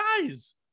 guys